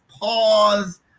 pause